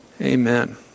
Amen